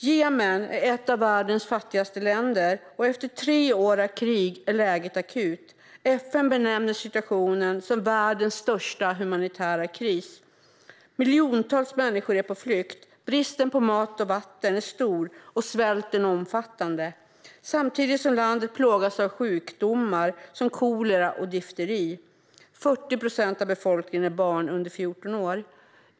Jemen är ett av världens fattigaste länder, och efter tre år av krig är läget akut. FN benämner situationen som världens största humanitära kris. Miljontals människor är på flykt, bristen på mat och vatten är stor och svälten omfattande, samtidigt som landet plågas av sjukdomar som kolera och difteri. Av befolkningen är 40 procent barn under 14 år.